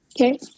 Okay